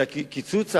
הקיצוץ העכשווי,